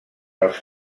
els